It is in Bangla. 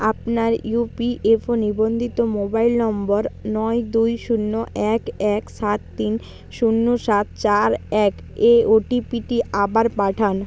আপনার ই পি এফ ও নিবন্ধিত মোবাইল নম্বর নয় দুই শূন্য এক এক সাত তিন শূন্য সাত চার এক এ ও টি পি টি আবার পাঠান